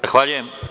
Zahvaljujem.